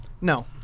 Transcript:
No